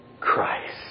Christ